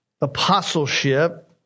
apostleship